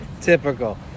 Typical